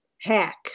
hack